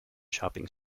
shopping